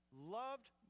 loved